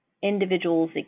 individual's